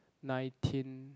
nineteen